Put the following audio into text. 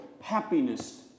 Happiness